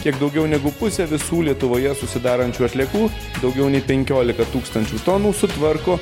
kiek daugiau negu pusė visų lietuvoje susidarančių atliekų daugiau nei penkiolika tūkstančių tonų sutvarko